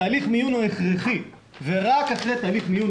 תהליך המיון הוא הכרחי ורק אחרי תהליך מיון